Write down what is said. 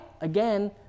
Again